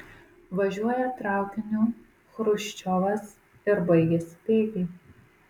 važiuoja traukiniu chruščiovas ir baigiasi bėgiai